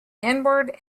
inward